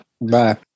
Bye